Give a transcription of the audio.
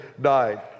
died